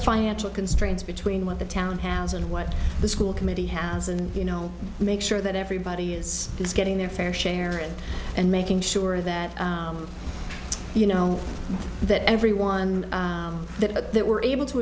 financial constraints between what the town house and what the school committee has and you know make sure that everybody is getting their fair share and making sure that you know that everyone that they were able to